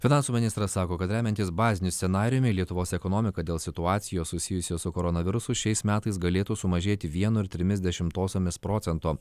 finansų ministras sako kad remiantis baziniu scenarijumi lietuvos ekonomika dėl situacijos susijusios su koronavirusu šiais metais galėtų sumažėti vienu ir trimis dešimtosiomis procento